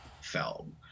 film